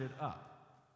up